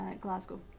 Glasgow